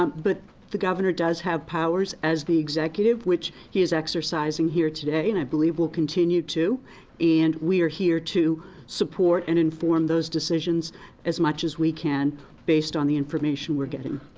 um but the governor does have powers as the executive which he is exercising here today and i believe will continue to and we are here to support and inform those decisions as much as we can based on the information we are getting.